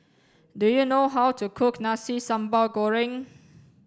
do you know how to cook nasi sambal goreng